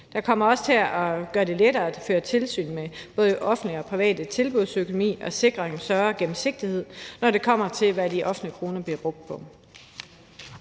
Det kommer også til at gøre det lettere at føre tilsyn med både offentlige og private tilbuds økonomi og sikre en større gennemsigtighed, når det kommer til, hvad de offentlige kroner bliver brugt på.